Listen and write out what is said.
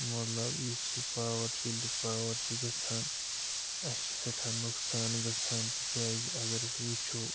مطلب یُس یہِ پاوَر چھُ ییٚلہِ یہِ پاوَر چھِ گَژھان اَسہِ چھُ سٮ۪ٹھاہ نۄقصان گَژھان تِکیٛازِ اگر أسۍ وٕچھو